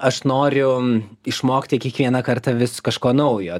aš noriu išmokti kiekvieną kartą vis kažko naujo